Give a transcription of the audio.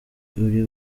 uri